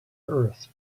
earth